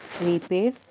repair